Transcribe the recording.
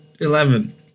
eleven